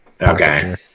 Okay